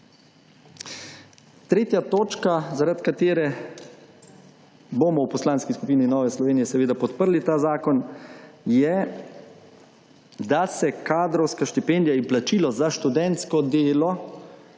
Tretja točka, zaradi katere bomo v poslanski skupini Nove Slovenije seveda podprli ta zakon, je, da se kadrovska štipendija in plačilo za študentsko delo